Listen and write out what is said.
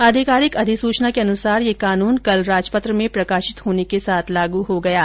आधिकारिक अधिसूचना के अनुसार यह कानून कल राजपत्र में प्रकाशित होने के साथ लागू हो गया है